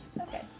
Okay